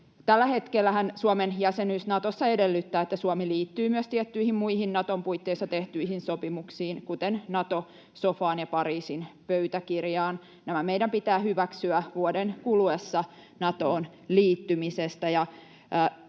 Tällä hetkellähän Suomen jäsenyys Natossa edellyttää, että Suomi liittyy myös tiettyihin muihin Naton puitteissa tehtyihin sopimuksiin, kuten Nato-sofaan ja Pariisin pöytäkirjaan. Nämä meidän pitää hyväksyä vuoden kuluessa Natoon liittymisestä,